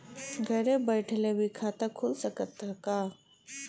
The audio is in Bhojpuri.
घरे बइठले भी खाता खुल सकत ह का?